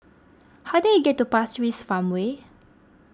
how do I get to Pasir Ris Farmway